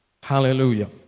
Hallelujah